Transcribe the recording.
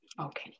Okay